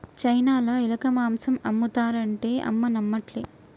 చైనాల ఎలక మాంసం ఆమ్ముతారు అంటే అమ్మ నమ్మట్లే